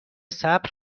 صبر